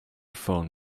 phone